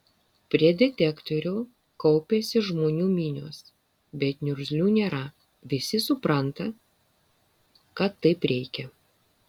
prie detektorių kaupiasi žmonių minios bet niurzglių nėra visi supranta kad taip reikia